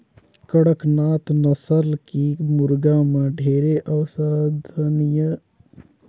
कड़कनाथ नसल के मुरगा में ढेरे औसधीय गुन होथे तेखर चलते एखर मांग ढेरे अहे